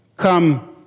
come